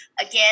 Again